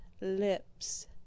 lips